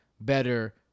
better